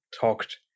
talked